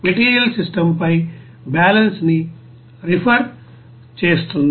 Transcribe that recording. material system పై balance ని refer చేస్తుంది